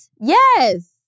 yes